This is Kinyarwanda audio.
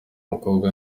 mukobwa